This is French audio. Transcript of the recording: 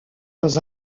dans